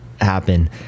happen